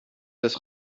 des